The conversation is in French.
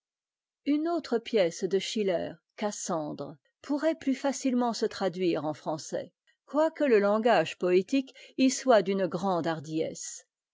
une autre piècede schiner ccmnth pourrait ptus facitement se traduire en français quoique le tangage poétique y soit d'une grande hardiesse